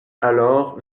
alors